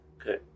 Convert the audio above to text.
okay